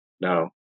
no